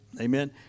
Amen